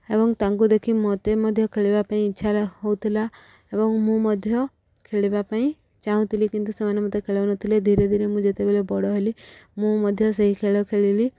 ଏବଂ ତାଙ୍କୁ ଦେଖି ମୋତେ ମଧ୍ୟ ଖେଳିବା ପାଇଁ ଇଚ୍ଛା ହଉଥିଲା ଏବଂ ମୁଁ ମଧ୍ୟ ଖେଳିବା ପାଇଁ ଚାହୁଁଥିଲି କିନ୍ତୁ ସେମାନେ ମୋତେ ଖେଳୁନଥିଲେ ଧୀରେ ଧୀରେ ମୁଁ ଯେତେବେଳେ ବଡ଼ ହେଲି ମୁଁ ମଧ୍ୟ ସେହି ଖେଳ ଖେଳିଲି